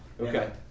Okay